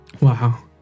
Wow